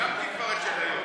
סיימתי כבר את של היום.